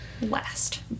last